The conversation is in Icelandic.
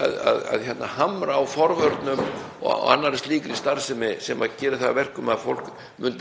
að hamra á forvörnum og annarri slíkri starfsemi sem gerir það að verkum að fólk